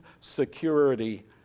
security